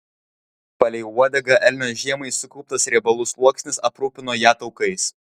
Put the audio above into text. palei uodegą elnio žiemai sukauptas riebalų sluoksnis aprūpino ją taukais